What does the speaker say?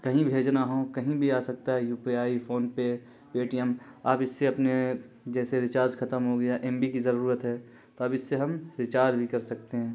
کہیں بھیجنا ہوں کہیں بھی آ سکتا ہے U P I PhonePe Paytm آپ اس سے اپنے جیسے ریچارج ختم ہو گیا ایم بی کی ضرورت ہے تو اب اس سے ہم ریچارج بھی کر سکتے ہیں